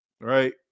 right